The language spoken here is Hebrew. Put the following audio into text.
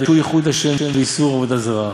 שהוא ייחוד ה' ואיסור עבודה זרה,